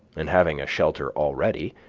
and having a shelter already,